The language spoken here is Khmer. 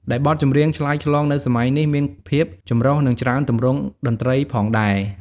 ដែលបទចម្រៀងឆ្លើយឆ្លងនៅសម័យនេះមានភាពចម្រុះនិងច្រើនទម្រង់តន្ត្រីផងដែរ។